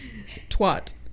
Twat